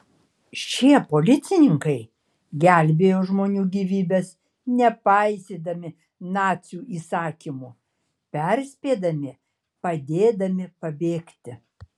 šie policininkai gelbėjo žmonių gyvybes nepaisydami nacių įsakymų perspėdami padėdami pabėgti